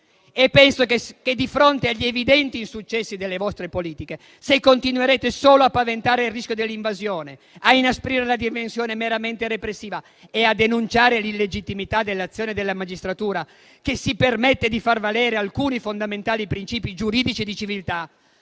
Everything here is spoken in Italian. *(PD-IDP)*. Di fronte agli evidenti insuccessi delle vostre politiche, se continuerete solo a paventare il rischio dell'invasione, a inasprire la dimensione meramente repressiva e a denunciare l'illegittimità dell'azione della magistratura, che si permette di far valere alcuni fondamentali principi giuridici e di civiltà,